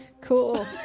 Cool